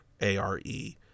A-R-E